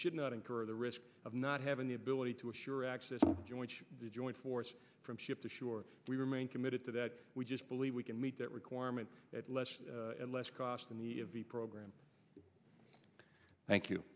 should not incur the risk of not having the ability to assure access joint the joint force from ship to shore we remain committed to that we just believe we can meet that requirement at less and less cost in the program thank you